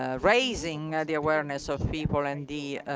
ah raising the awareness of people and the